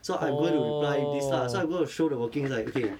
so I'm going to reply this lah so I'm gonna show the workings like okay